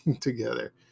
together